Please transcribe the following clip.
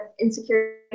insecurity